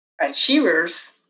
achievers